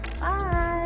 Bye